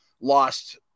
lost